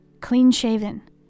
clean-shaven